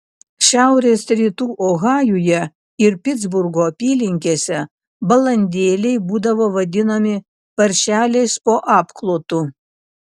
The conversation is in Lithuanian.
šiaurės rytų ohajuje ir pitsburgo apylinkėse balandėliai būdavo vadinami paršeliais po apklotu